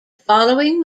following